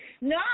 No